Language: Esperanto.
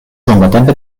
longatempe